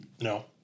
No